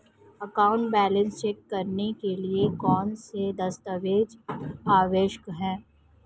Account balance check करने के लिए कौनसे दस्तावेज़ आवश्यक हैं?